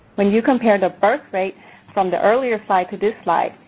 when you compare the birthrate from the earlier slide to this slide,